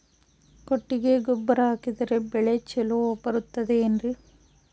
ಕೊಟ್ಟಿಗೆ ಗೊಬ್ಬರ ಹಾಕಿದರೆ ಬೆಳೆ ಚೊಲೊ ಬರುತ್ತದೆ ಏನ್ರಿ?